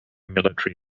military